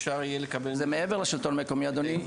זה מעבר לשלטון המקומי, אדוני.